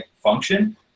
function